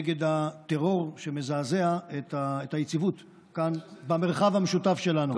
נגד הטרור שמזעזע את היציבות כאן במרחב המשותף שלנו.